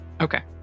Okay